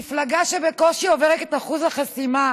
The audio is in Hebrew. מפלגה שבקושי עוברת את אחוז החסימה.